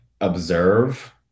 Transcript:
observe